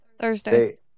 Thursday